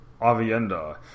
Avienda